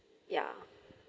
ya